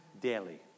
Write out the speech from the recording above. daily